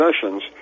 sessions